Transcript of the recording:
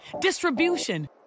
distribution